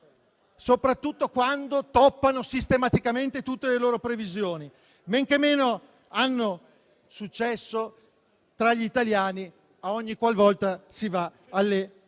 soprattutto quando toppano sistematicamente tutte le loro previsioni, men che meno hanno successo tra gli italiani ogniqualvolta si va alle elezioni.